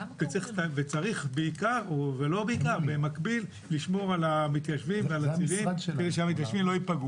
וצריך במקביל לשמור על המתיישבים ועל הצירים כדי שהמתיישבים לא ייפגעו.